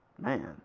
Man